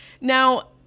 Now